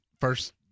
first